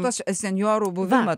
senjorų buvimą